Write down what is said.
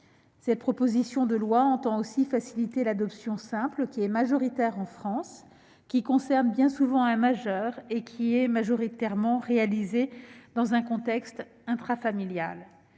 Cette proposition de loi entend aussi faciliter l'adoption simple, majoritaire en France, qui concerne bien souvent un majeur et qui est majoritairement réalisée dans un contexte intrafamilial.